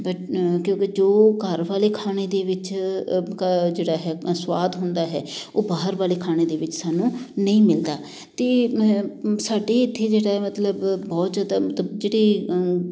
but ਕਿਉਂਕਿ ਜੋ ਘਰ ਵਾਲੇ ਖਾਣੇ ਦੇ ਵਿੱਚ ਜਿਹੜਾ ਹੈਗਾ ਸਵਾਦ ਹੁੰਦਾ ਹੈ ਉਹ ਬਾਹਰ ਵਾਲੇ ਖਾਣੇ ਦੇ ਵਿੱਚ ਸਾਨੂੰ ਨਹੀਂ ਮਿਲਦਾ ਅਤੇ ਸਾਡੇ ਇੱਥੇ ਜਿਹੜਾ ਮਤਲਬ ਬਹੁਤ ਜ਼ਿਆਦਾ ਮਤਲਬ ਜਿਹੜੇ